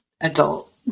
adult